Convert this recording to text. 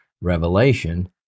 revelation